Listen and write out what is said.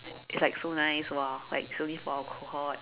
it's like so nice !wah! like it's only for our cohort